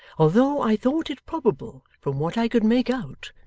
although i thought it probably from what i could make out,